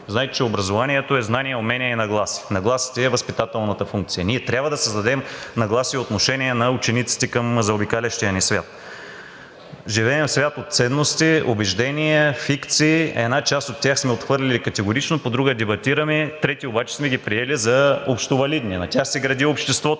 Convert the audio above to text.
Знаете, че образованието е знание, умение и нагласа. Нагласата е възпитателната функция. Ние трябва да създадем нагласа и отношение на учениците към заобикалящия ни свят. Живеем в свят от ценности, убеждения, фикции. Една част от тях сме отхвърлили категорично. По друга дебатираме. Трети обаче сме ги приели за общовалидни. На тях се гради обществото